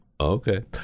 okay